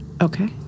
Okay